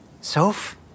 Soph